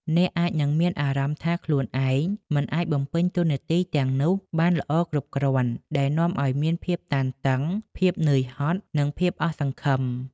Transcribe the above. អ្នកអាចនឹងមានអារម្មណ៍ថាខ្លួនឯងមិនអាចបំពេញតួនាទីទាំងនោះបានល្អគ្រប់គ្រាន់ ដែលនាំឱ្យមានភាពតានតឹង ភាពនឿយហត់ និងភាពអស់សង្ឃឹម។